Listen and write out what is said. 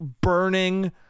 burning